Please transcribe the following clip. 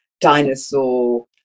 dinosaur